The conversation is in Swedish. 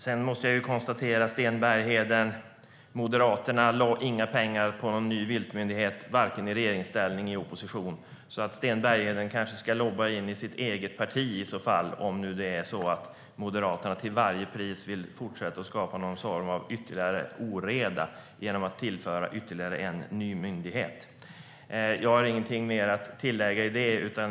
Jag måste konstatera, Sten Bergheden, att Moderaterna inte lade några pengar på någon ny viltmyndighet vare sig i regeringsställning eller i opposition. Sten Bergheden ska därför kanske lobba in i sitt eget parti om Moderaterna till varje pris vill fortsätta att skapa ytterligare oreda genom att tillföra ytterligare en myndighet. Jag har ingenting mer att tillägga om det.